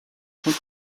tant